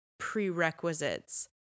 prerequisites